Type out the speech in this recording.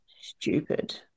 stupid